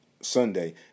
Sunday